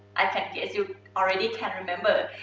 um if you already can remember.